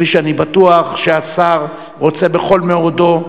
כפי שאני בטוח שהשר רוצה בכל מאודו,